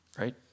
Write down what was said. right